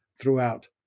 throughout